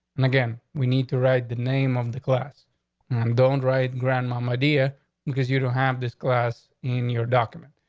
and again, we need to write the name of the class. i'm don't write grandma my idea because you don't have this glass in your document.